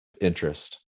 interest